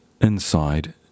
inside